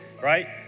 right